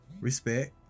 Respect